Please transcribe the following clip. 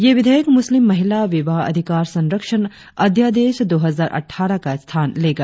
यह विधेयक मुस्लिम महिला विवाह अधिकार संरक्षण अध्यादेश दो हजार अटठारह का स्थान लेगा